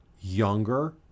younger